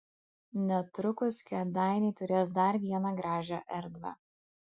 netrukus kėdainiai turės dar vieną gražią erdvę